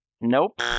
Nope